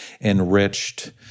enriched